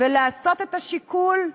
ולעשות את השיקול: